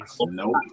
Nope